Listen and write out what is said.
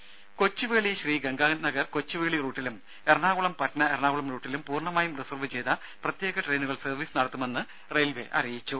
രുര കൊച്ചുവേളി ശ്രീ ഗംഗാനഗർ കൊച്ചുവേളി റൂട്ടിലും എറണാകുളം പട്ന എറണാകുളം റൂട്ടിലും പൂർണമായും റിസർവ് ചെയ്ത പ്രത്യേക ട്രെയിനുകൾ സർവീസ് നടത്തുമെന്ന് റെയിൽവേ അറിയിച്ചു